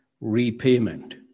repayment